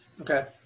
Okay